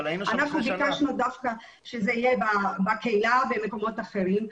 אנחנו ביקשנו דווקא שזה יהיה בקהילה במוקמות אחרים,